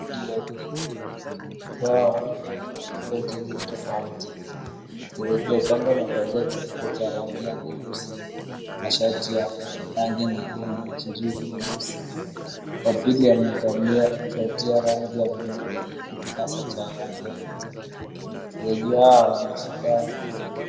Wachezaji wawili, wachezaji hawa wamevaa jezi tofauti. Mchezaji wa kwanza amevalia kenyasa cha rangi ya nyeusi, na shati ya rangi nyekundu ya michirizi nyeusi. Wa pili amevalia shati ya rangi ya bluu na kenyasa cha rangi ya nyeupe. Wachezaji hawa wanashindana.